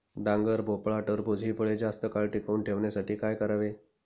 डांगर, भोपळा, टरबूज हि फळे जास्त काळ टिकवून ठेवण्यासाठी काय करावे?